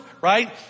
right